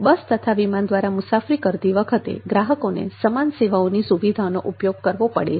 બસ તથા વિમાન દ્વારા મુસાફરી કરતી વખતે ગ્રાહકોને સમાન સેવાઓની સુવિધાનો ઉપયોગ કરવો પડે છે